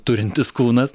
turintis kūnas